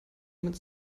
mit